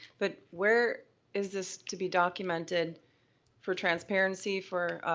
but where is this to be documented for transparency, for.